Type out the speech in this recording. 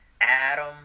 Adam